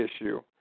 issue